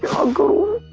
uncle